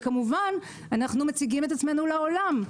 וכמובן אנחנו מציגים את עצמנו לעולם.